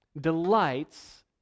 delights